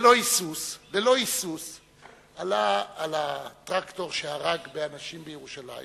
ללא היסוס עלה על הטרקטור שהרג באנשים בירושלים